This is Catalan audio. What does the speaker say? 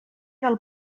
del